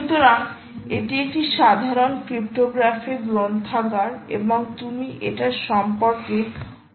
সুতরাং এটি একটি সাধারণ ক্রিপ্টোগ্রাফিক গ্রন্থাগার এবং তুমি এটার সম্পর্কে অনেক কিছু দেখতে পাবে